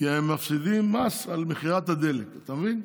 כי הם מפסידים מס על מכירת הדלק, אתה מבין?